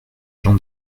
jean